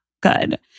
good